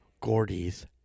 Gordy's